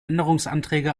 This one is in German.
änderungsanträge